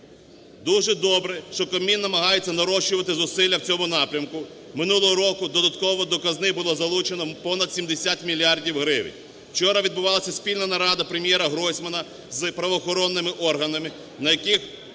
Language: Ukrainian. Дуже добре, що Кабмін намагається нарощувати зусилля у цьому напрямку. Минулого року додатково до казни було залучено понад 70 мільярдів гривень. Вчора відбувалася спільна нарада Прем'єра Гройсмана з правоохоронними органами, на якій,